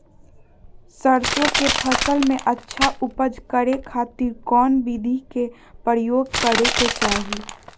सरसों के फसल में अच्छा उपज करे खातिर कौन विधि के प्रयोग करे के चाही?